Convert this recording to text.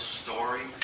story